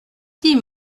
dit